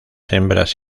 hembras